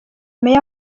meya